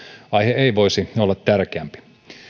aihe ei voisi olla tärkeämpi